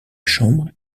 chambre